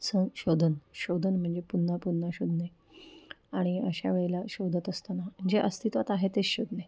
सं शोधन शोधन म्हणजे पुन्हा पुन्हा शोधणे आणि अशा वेळेला शोधत असताना जे अस्तित्वात आहे तेच शोधणे